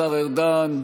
השר ארדן.